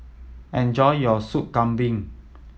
enjoy your Sop Kambing